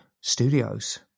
studios